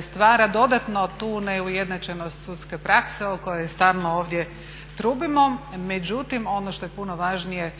stvara dodatno tu neujednačenost sudske prakse o kojoj stalno ovdje trubimo. Međutim, ono što je puno važnije